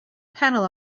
panel